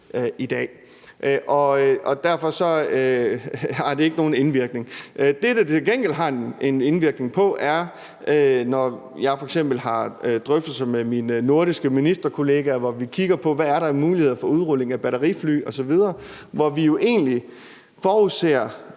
moms, og derfor har det ikke nogen indvirkning. Det, det til gengæld har en indvirkning på, er, når jeg f.eks. har drøftelser med mine nordiske ministerkollegaer, hvor vi kigger på, hvad der er af muligheder for udrulning af batterifly osv., og hvor vi jo egentlig forudser,